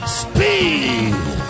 speed